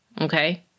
okay